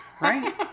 Right